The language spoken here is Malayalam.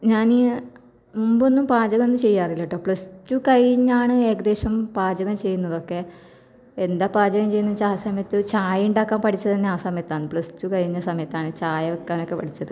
ഞാൻ ഈ മുമ്പൊന്നും പാചകമൊന്നും ചെയ്യാറില്ല കേട്ടോ പ്ലസ് ടു കഴിഞ്ഞാണ് ഏകദേശം പാചകം ചെയ്യുന്നതൊക്കെ എന്താ പാചകം ചെയ്യുന്നതെന്ന് വെച്ചാൽ ആ സമയത്ത് ചായ ഉണ്ടാക്കാൻ പഠിച്ചത് തന്നെ ആ സമയത്താണ് പ്ലസ് ടു കഴിഞ്ഞ സമയത്താണ് ചായ വെക്കാനൊക്കെ പഠിച്ചത്